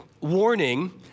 warning